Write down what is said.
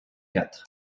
quatre